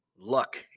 luck